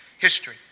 history